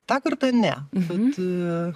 tą kartą ne bet